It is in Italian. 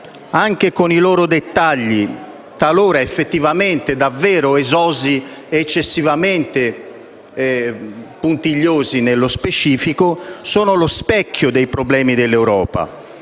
anche con i loro dettagli, talora effettivamente davvero esosi e eccessivamente puntigliosi nello specifico, sono lo specchio dei problemi dell'Europa,